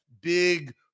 big